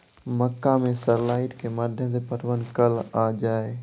मक्का मैं sir light के माध्यम से पटवन कल आ जाए?